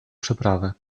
przeprawę